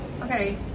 okay